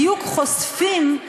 בדיוק חושפים,